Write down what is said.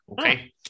Okay